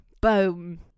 Boom